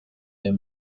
aya